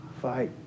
fight